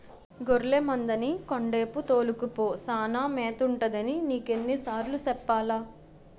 గొర్లె మందని కొండేపు తోలుకపో సానా మేతుంటదని నీకెన్ని సార్లు సెప్పాలా?